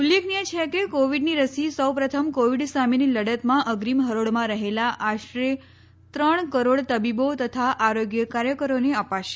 ઉલ્લેખનિય છે કે કોવીડની રસી સૌપ્રથમ કોવીડ સામેની લડતમાં અગ્રીમ હરોળમાં રહેલા આશરે ત્રણ કરોડ તબીબો તથા આરોગ્ય કાર્યકરોને અપાશે